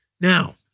Now